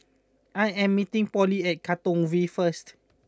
I am meeting Polly at Katong V first